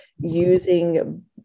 using